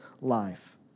life